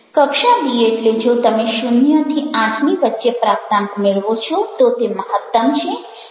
કક્ષા B એટલે જો તમે 0 8 ની વચ્ચે પ્રાપ્તાંક મેળવો છો તો તે મહત્તમ છે